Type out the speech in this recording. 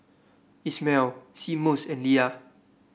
Ismael Seamus and Lia